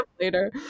later